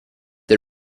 the